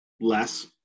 less